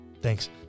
Thanks